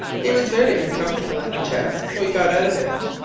he was very uncomfortable in the chest, so he got out of it,